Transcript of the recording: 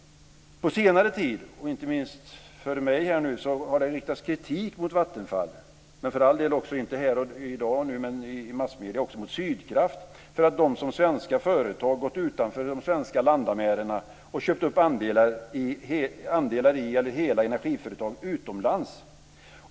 På senare tid, inte minst här före mitt anförande, har det riktats kritik mot Vattenfall och för all del också mot Sydkraft - inte här i dag, men i massmedierna - för att de som svenska företag har gått utanför de svenska landamären och köpt upp andelar i eller hela energiföretag utomlands.